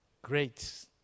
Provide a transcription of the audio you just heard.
Great